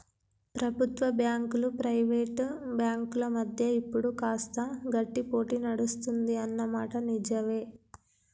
ప్రభుత్వ బ్యాంకులు ప్రైవేట్ బ్యాంకుల మధ్య ఇప్పుడు కాస్త గట్టి పోటీ నడుస్తుంది అన్న మాట నిజవే